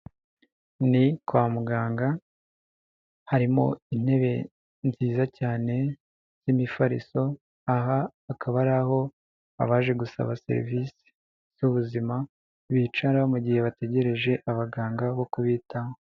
Ni kwa muganga, harimo intebe nziza cyane z'imifariso, aha akaba ari aho abaje gusaba serivisi z'ubuzima bicara mu gihe bategereje abaganga bo kubitaho.